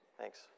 Thanks